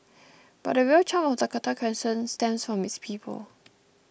but the real charm of Dakota Crescent stems from its people